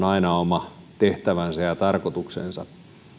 aina oma tehtävänsä ja tarkoituksensa